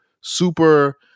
super